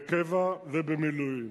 בקבע ובמילואים.